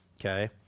okay